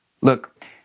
Look